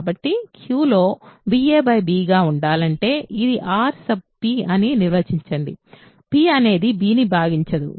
కాబట్టి Qలో b a b గా ఉండాలంటే ఇది R సబ్ p అని నిర్వచించండి p అనేది b ని భాగించదు